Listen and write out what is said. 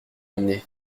emmenée